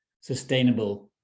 sustainable